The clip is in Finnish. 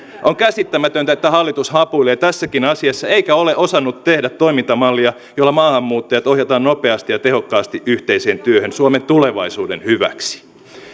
on käsittämätöntä että hallitus hapuilee tässäkin asiassa eikä ole osannut tehdä toimintamallia jolla maahanmuuttajat ohjataan nopeasti ja tehokkaasti yhteiseen työhön suomen tulevaisuuden hyväksi